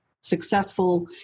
successful